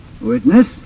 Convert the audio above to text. Witness